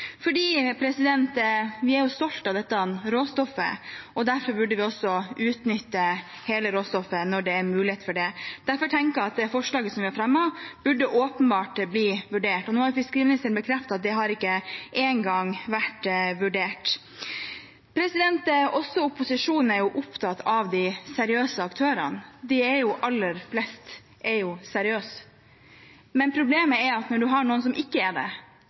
Vi er jo stolte av dette råstoffet, og derfor bør vi også utnytte hele råstoffet når det er mulighet for det. Derfor tenker jeg at det forslaget som vi har fremmet, absolutt bør vurderes. Nå har fiskeriministeren bekreftet at det ikke engang har vært vurdert. Også opposisjonen er opptatt av de seriøse aktørene. De aller fleste er jo seriøse, problemet er at når vi har noen som ikke er det,